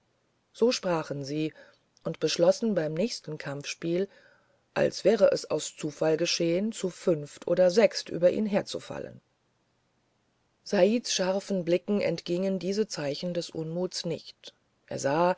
so sprachen sie und beschlossen beim nächsten kampfspiel als wäre es aus zufall geschehen zu fünf oder sechs über ihn herzufallen saids scharfen blicken entgingen diese zeichen des unmuts nicht er sah